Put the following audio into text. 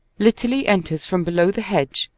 litterly enters from below the hedge,